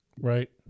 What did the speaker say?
right